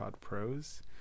pros